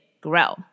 grow